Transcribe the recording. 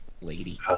lady